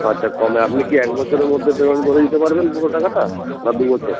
ও আচ্ছা কমে আপনি কি এক বছরের মধ্যে পেমেন্ট করে দিতে পারবেন পুরো টাকাটা না দু বছর